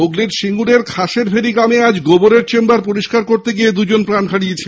হুগলী জেলার খাসের ভেড়ি গ্রামে আজ গোবরের চেম্বার পরিস্কার করতে গিয়ে দুজন প্রাণ হারিয়েছেন